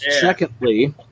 Secondly